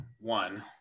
one